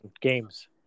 games